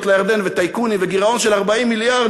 לירדן וטייקונים וגירעון של 40 מיליארד,